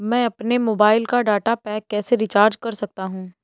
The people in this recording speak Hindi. मैं अपने मोबाइल का डाटा पैक कैसे रीचार्ज कर सकता हूँ?